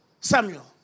Samuel